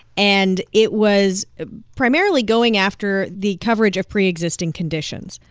and it was ah primarily going after the coverage of pre-existing conditions.